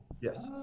yes